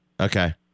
Okay